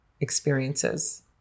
experiences